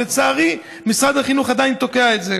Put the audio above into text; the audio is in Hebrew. ולצערי, משרד החינוך עדיין תוקע את זה.